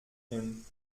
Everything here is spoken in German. hin